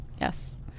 Yes